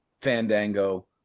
fandango